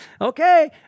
Okay